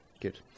Good